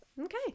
Okay